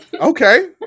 Okay